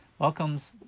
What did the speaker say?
welcomes